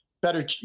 better